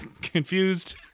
confused